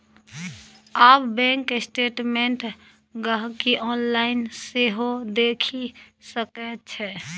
आब bank statement गांहिकी online सेहो देखि सकै छै